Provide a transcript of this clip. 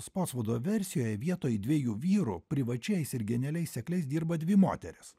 spotsvudo versijoje vietoj dviejų vyrų privačiais ir genialiais sekliais dirba dvi moterys